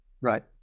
right